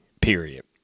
period